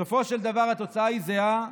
בסופו של דבר התוצאה היא זהה: